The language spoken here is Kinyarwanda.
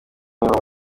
muhima